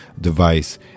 device